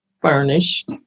furnished